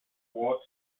water